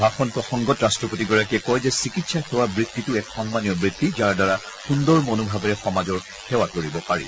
ভাষণ প্ৰসংগত ৰট্ৰপতিগৰাকীয়ে কয় যে চিকিৎসা সেৱা বৃত্তিটো এক সন্মানীয় বৃত্তি যাৰ দ্বাৰা সুন্দৰ মনোভাৱেৰে সমাজৰ সেৱা কৰিব পাৰি